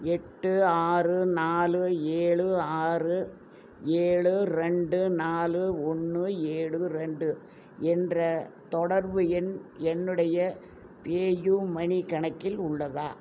எட்டு ஆறு நாலு ஏழு ஆறு ஏழு ரெண்டு நாலு ஒன்று ஏழு ரெண்டு என்ற தொடர்பு எண் என்னுடைய பேயூ மணி கணக்கில் உள்ளதா